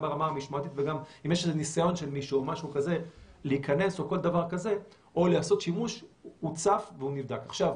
מאפשרים ביצוע שלהם ואנחנו בתהליכי חקיקה שעוד לא הושלמו.